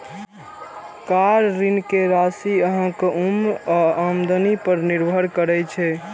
car ऋण के राशि अहांक उम्र आ आमदनी पर निर्भर करै छै